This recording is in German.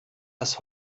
das